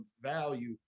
value